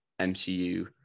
MCU